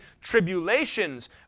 tribulations